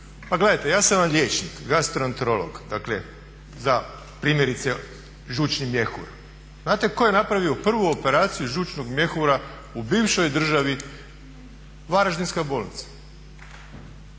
Pa gledajte, ja sam vam liječnik, gastroenterolog, dakle za primjerice žučni mjehur. Znate tko je napravio prvu operaciju žučnog mjehura u bivšoj državi? Varaždinska bolnica.